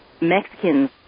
mexicans